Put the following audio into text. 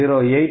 03 0